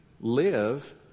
live